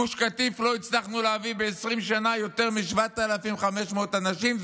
לגוש קטיף לא הצלחנו להביא ב-20 שנה יותר מ-7,500 אנשים,